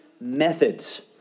methods